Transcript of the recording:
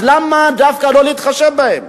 אז למה דווקא לא להתחשב בהם.